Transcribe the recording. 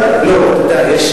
אתה יודע,